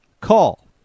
call